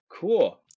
Cool